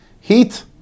Heat